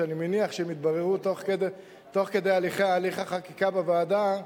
שאני מניח שהן יתבררו תוך כדי הליך החקיקה בוועדה,